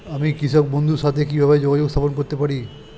আমি কৃষক বন্ধুর সাথে কিভাবে যোগাযোগ স্থাপন করতে পারি?